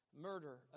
murder